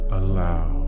allow